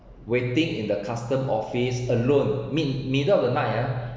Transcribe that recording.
waiting in the customs office alone mid middle of the night ah